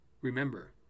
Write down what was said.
Remember